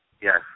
Yes